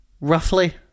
Roughly